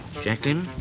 Jacqueline